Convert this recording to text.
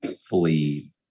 fully